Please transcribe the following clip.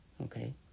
Okay